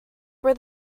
where